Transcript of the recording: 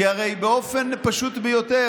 כי הרי באופן פשוט ביותר,